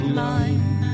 line